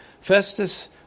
Festus